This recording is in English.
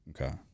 Okay